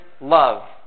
love